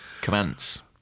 commence